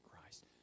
Christ